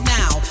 now